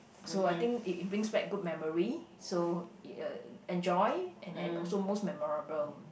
so I think it brings back good memory so uh enjoy and and also most memorable